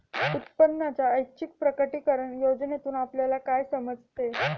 उत्पन्नाच्या ऐच्छिक प्रकटीकरण योजनेतून आपल्याला काय समजते?